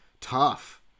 tough